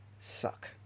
suck